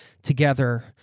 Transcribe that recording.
together